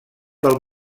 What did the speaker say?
del